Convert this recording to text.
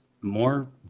more